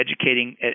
educating